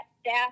staff